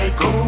go